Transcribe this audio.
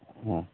ꯎꯝ